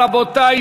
רבותי,